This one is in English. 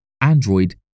Android